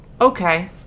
Okay